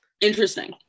interesting